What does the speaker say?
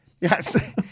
Yes